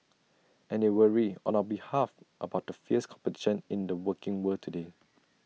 and they worry on our behalf about the fierce competition in the working world today